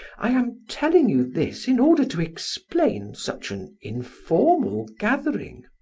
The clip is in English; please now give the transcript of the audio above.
i am telling you this in order to explain such an informal gathering.